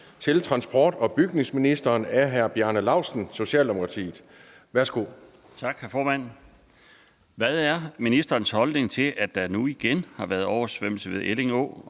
Til transport- og bygningsministeren af: Bjarne Laustsen (S): Hvad er ministerens holdning til, at der nu igen har været oversvømmelse ved Elling